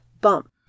Bump